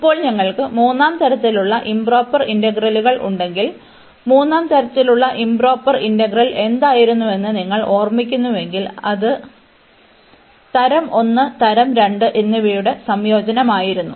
ഇപ്പോൾ ഞങ്ങൾക്ക് മൂന്നാം തരത്തിലുള്ള ഇoപ്രൊപ്പർ ഇന്റഗ്രലുകൾ ഉണ്ടെങ്കിൽ മൂന്നാം തരത്തിലുള്ള ഇoപ്രൊപ്പർ ഇന്റഗ്രൽ എന്തായിരുന്നുവെന്ന് നിങ്ങൾ ഓർമിക്കുന്നുവെങ്കിൽ അത് തരം 1 തരം 2 എന്നിവയുടെ സംയോജനമായിരുന്നു